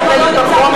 מה לוחות הזמנים,